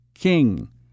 king